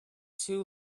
too